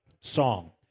song